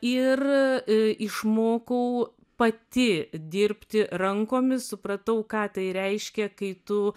ir išmokau pati dirbti rankomis supratau ką tai reiškia kai tu